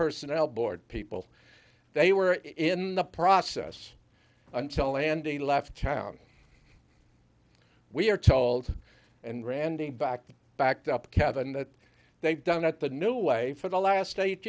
personnel board people they were in the process until andy left town we are told and randy back that backed up kevin that they've done at the new way for the last eight